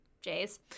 Jays